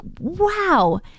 wow